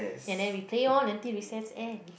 and then we play loh until recess end